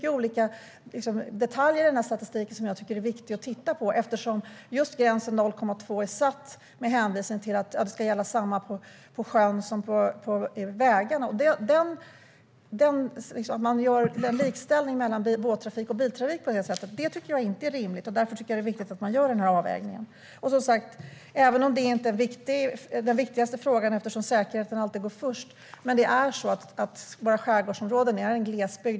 Det finns många olika detaljer i den här statistiken som jag tycker är viktiga att titta på, eftersom gränsen 0,2 är satt med hänvisning till att det ska gälla samma på sjön som på vägarna. Att man likställer båttrafik och biltrafik på det sättet tycker jag inte är rimligt. Det är viktigt att man gör den här avvägningen. Som sagt: Det är inte den viktigaste frågan, eftersom säkerheten alltid går först, men våra skärgårdsområden är glesbygder.